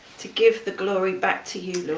to give the glory back to you,